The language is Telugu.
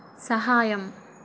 సహాయం